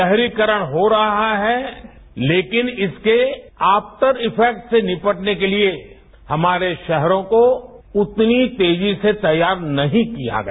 शहरीकरण हो रहा है तेकिन इसके आफटर इफ्रेक्टिव से निपटने के लिए हमारे शहरों को उतनी तेजी से तैयार नहीं किया गया